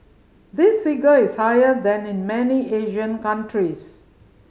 this figure is higher than in many Asian countries